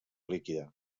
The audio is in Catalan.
líquida